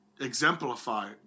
exemplify